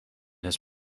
his